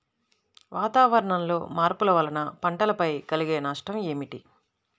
వాతావరణంలో మార్పుల వలన పంటలపై కలిగే నష్టం ఏమిటీ?